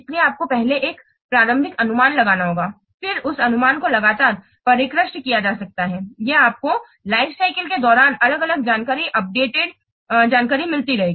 इसलिए आपको पहले एक प्रारंभिक अनुमान लगाना होगा फिर उन अनुमानों को लगातार परिष्कृत किया जा सकता है या आपको लिफेसिक्ले के दौरान अलग अलग जानकारी अपडेटेड जानकारी मिलती है